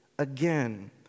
Again